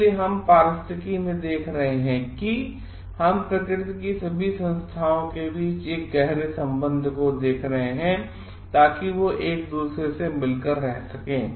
इसलिए हम पारिस्थितिकी में देख रहे हैं कि हम प्रकृति की सभी संस्थाओं के बीच एक गहरे संबंध को देख रहे हैं ताकि वे एकदूसरे केसाथ मिलकर रह सकें